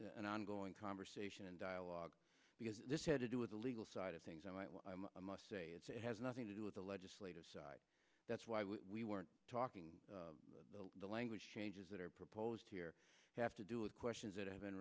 an ongoing conversation and dialogue because this had to do with the legal side of things and i must say it's it has nothing to do with the legislative that's why we weren't talking the language changes that are proposed here have to do with questions that have been